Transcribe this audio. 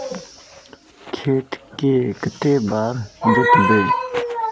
खेत के कते बार जोतबे?